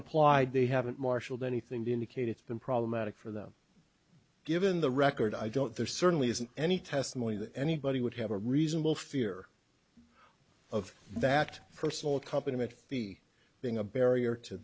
applied they haven't marshaled anything to indicate it's been problematic for them given the record i don't there certainly isn't any testimony that anybody would have a reasonable fear of that personal company would be being a barrier to